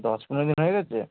দশ পনেরো দিন হয়ে গেছে